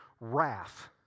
wrath